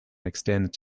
extends